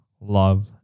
love